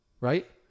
right